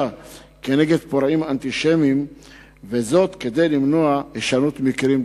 נגד פורעים אנטישמים כדי למנוע הישנות מקרים דומים.